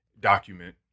document